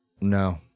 No